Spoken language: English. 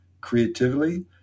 creatively